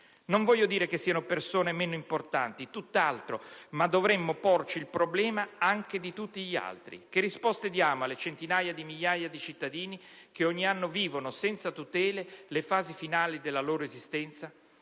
Non voglio dire che siano persone meno importanti, tutt'altro, ma non dovremmo porci il problema anche di tutti gli altri? Che risposte diamo alle centinaia di migliaia cittadini che ogni anno vivono senza tutele le fasi finali della loro esistenza?